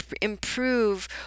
improve